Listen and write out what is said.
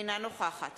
אינה נוכחת